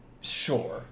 Sure